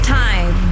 time